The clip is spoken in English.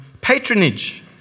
patronage